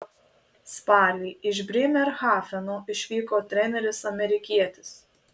spalį iš brėmerhafeno išvyko treneris amerikietis